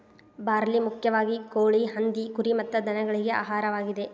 barley ಮುಖ್ಯವಾಗಿ ಕೋಳಿ, ಹಂದಿ, ಕುರಿ ಮತ್ತ ದನಗಳಿಗೆ ಆಹಾರವಾಗಿದೆ